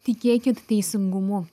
tikėkit teisingumu